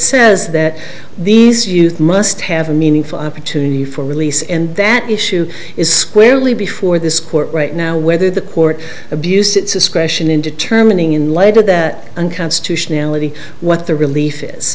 says that these youth must have a meaningful opportunity for release and that issue is squarely before this court right now whether the court abused its discretion in determining in later that unconstitutionality what the relief is